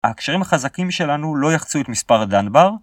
הקשרים החזקים שלנו לא יחצו את מספר הדאנבר